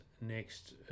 next